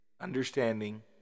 understanding